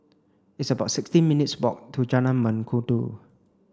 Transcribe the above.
it's about sixty minutes' walk to Jalan Mengkudu